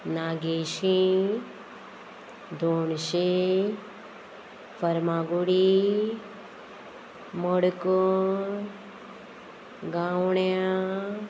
Nageshi Donshi Farmagudi Madkai गावण्यां